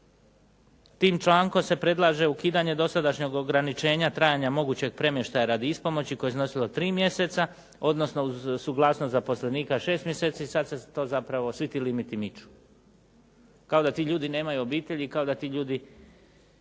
Tim člankom se predlaže ukidanje dosadašnjeg ograničenja trajanja mogućeg premještaja radi ispomoći koje je iznosilo tri mjeseca, odnosno uz suglasnost zaposlenika šest mjeseci. Sad se to zapravo, svi ti limiti miču. Kao da ti ljudi nemaju obitelji i kao da ti ljudi